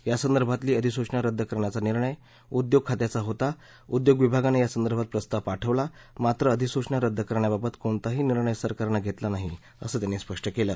यासंदर्भातली अधिसूचना रद्द करण्याचा निर्णय उद्योग खात्याचा होता उद्योग विभागानं यासंदर्भात प्रस्ताव पाठवला मात्र अधिसूचना रद्द करण्याबाबत कोणताही निर्णय सरकारनं घेतलेला नाही असं त्यांनी स्पष्ट केलं